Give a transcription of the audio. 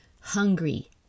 hungry